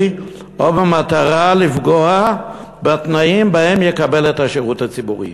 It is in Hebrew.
או במטרה לפגוע בתנאים בהם יקבל את השירות הציבורי".